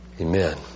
Amen